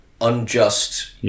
unjust